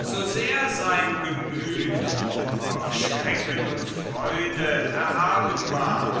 so sehr sein gemüth über schrecken und freude erhaben war